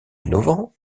innovant